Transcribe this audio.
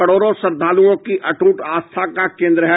करोड़ों श्रद्धालुओं की अट्ट आस्था का केन्द्र है